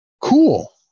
cool